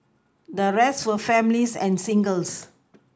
the rest were families and singles